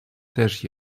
теж